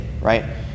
right